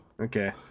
Okay